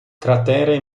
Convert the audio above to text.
cratere